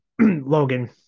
Logan